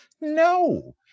No